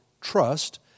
trust